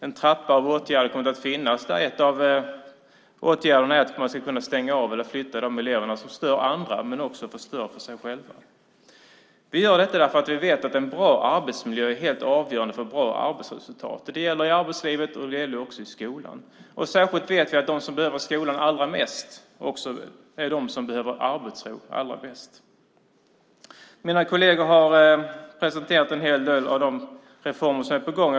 En trappa av åtgärder kommer att finnas där en av åtgärderna är att man ska kunna stänga av eller flytta de elever som stör andra men också förstör för sig själva. Vi gör detta därför att vi vet att en bra arbetsmiljö är helt avgörande för bra arbetsresultat. Det gäller i arbetslivet, och det gäller också i skolan. Särskilt vet vi att de som behöver skolan allra mest också är de som behöver arbetsro allra bäst. Mina kolleger har presenterat en hel del av de reformer som är på gång.